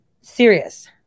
serious